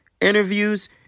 interviews